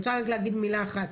אני רוצה להגיד מילה אחת.